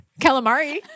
Calamari